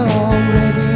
already